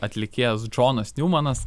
atlikėjas džonas niumanas